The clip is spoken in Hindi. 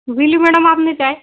पी ली मैडम आपने चाय